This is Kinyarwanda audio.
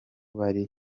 bari